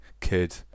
kid